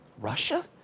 Russia